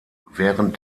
während